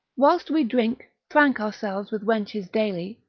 whilst we drink, prank ourselves, with wenches dally,